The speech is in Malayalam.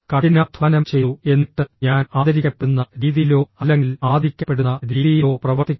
കഠിനാധ്വാനം ചെയ്തു എന്നിട്ട് ഞാൻ ആദരിക്കപ്പെടുന്ന രീതിയിലോ അല്ലെങ്കിൽ ആദരിക്കപ്പെടുന്ന രീതിയിലോ പ്രവർത്തിക്കും